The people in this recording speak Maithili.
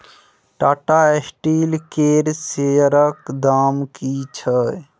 टाटा स्टील केर शेयरक दाम की छै?